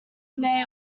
may